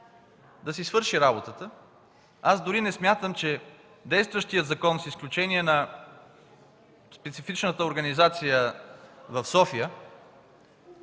да си свърши работата. Аз дори не смятам, че действащият закон, с изключение на специфичната организация в София,